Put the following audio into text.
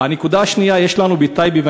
הנקודה השנייה: יש לנו בטייבה,